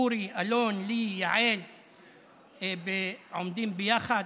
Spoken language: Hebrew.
אורי, אלון, ליהי, יעל ב"עומדים ביחד".